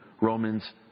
Romans